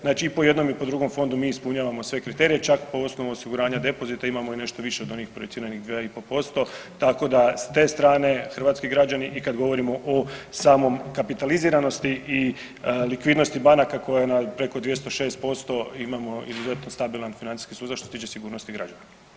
Znači i po jednom i po drugom fondu mi ispunjavamo sve kriterije čak po osnovu osiguranja depozita imamo i nešto više od onih projiciranih 2 i pol posto, tako da s te strane hrvatski građani i kad govorimo o samom kapitaliziranosti i likvidnosti banaka koje preko 206% imamo izuzetno stabilan financijski sustav što se tiče sigurnosti građana.